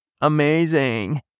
amazing